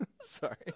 sorry